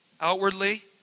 outwardly